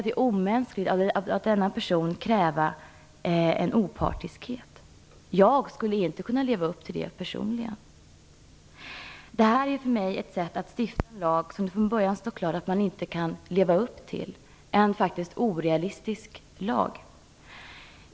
Det är omänskligt att av denna person kräva en opartiskhet. Personligen skulle jag inte kunna leva upp till det. Man stiftar nu en lag som det från början står klart att man inte kan leva upp till, en orealistisk lag.